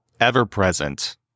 ever-present